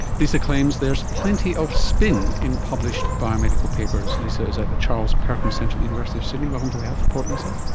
lisa claims there is plenty of spin in published biomedical papers. lisa is at the charles perkins centre at the university of sydney. welcome to the health report, lisa.